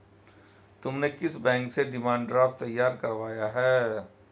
तुमने किस बैंक से डिमांड ड्राफ्ट तैयार करवाया है?